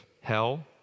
hell